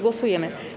Głosujemy.